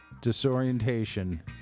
disorientation